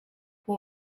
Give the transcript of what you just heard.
what